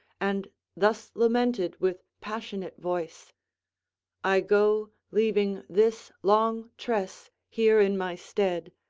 and thus lamented with passionate voice i go, leaving this long tress here in my stead,